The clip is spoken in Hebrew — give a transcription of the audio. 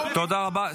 --- תודה רבה.